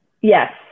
yes